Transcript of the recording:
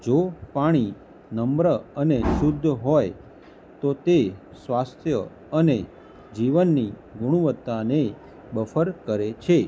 જો પાણી નમ્ર અને શુદ્ધ હોય તો તે સ્વાસ્થ્ય અને જીવનની ગુણવત્તાને બફર કરે છે